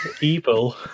Evil